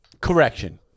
Correction